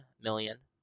million